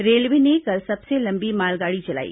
railway ने कल सबसे लंबी मालगाड़ी चलाई